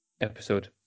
episode